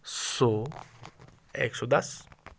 سو ایک سو دس